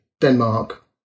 Denmark